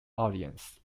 audience